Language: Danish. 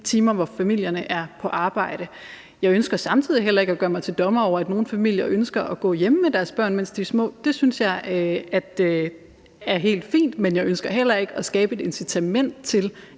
i de timer, hvor forældrene er på arbejde. Jeg ønsker samtidig heller ikke at gøre mig til dommer over, at nogle forældre ønsker at gå hjemme med deres børn, mens de er små – det synes jeg er helt fint – men jeg ønsker heller ikke at skabe et incitament til,